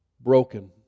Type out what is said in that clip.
broken